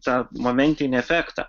tą momentinį efektą